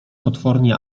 potwornie